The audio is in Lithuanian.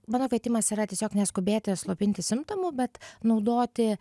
mano kvietimas yra tiesiog neskubėti slopinti simptomų bet naudoti